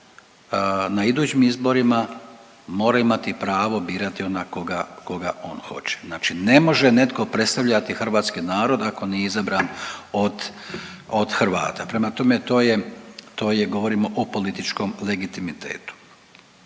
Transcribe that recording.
na idućim izborima mora imati pravo birati onog koga on hoće. Znači, ne može netko predstavljati hrvatski narod ako nije izabran od Hrvata. Prema tome to je, govorimo o političkom legitimitetu.